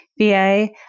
VA